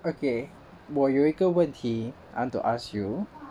okay 我有一个问题 I want to ask you